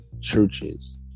churches